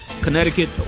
Connecticut